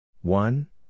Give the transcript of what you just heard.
one